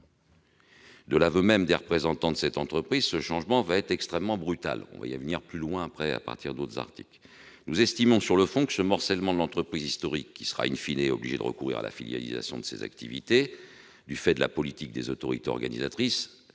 De l'aveu même des représentants de cette entreprise, ce changement sera extrêmement brutal. Nous y reviendrons lors de l'examen d'autres articles. Sur le fond, nous estimons que le morcellement de l'entreprise historique, qui sera obligée de recourir à la filialisation de ses activités du fait de la politique des autorités organisatrices